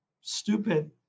stupid